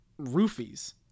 roofies